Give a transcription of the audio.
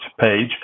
page